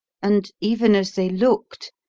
and, even as they looked,